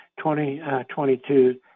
2022